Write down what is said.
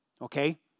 okay